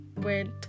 went